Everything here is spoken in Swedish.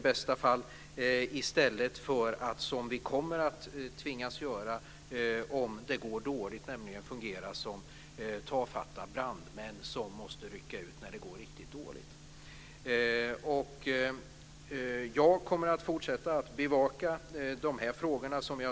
Om det går riktigt dåligt tvingas vi i stället fungera som tafatta brandmän som måste rycka ut. Jag kommer att fortsätta bevaka de här frågorna.